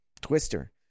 Twister